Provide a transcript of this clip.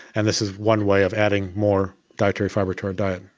and this is one way of adding more dietary fibre to our diet.